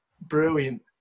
Brilliant